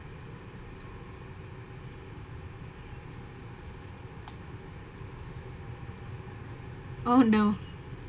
oh no